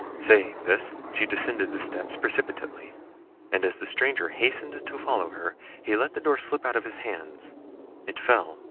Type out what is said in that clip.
saying this, she descended the steps precipitately and as the stranger hastened to follow her, he let the door slip out of his hands it fell,